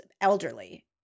elderly